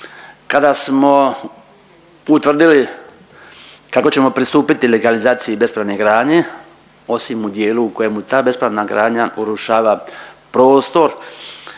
kada smo utvrdili kako ćemo pristupiti legalizaciji bespravne gradnje, osim u dijelu u kojemu ta bespravna gradnja urušava prostor